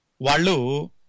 Walu